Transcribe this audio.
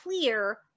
clear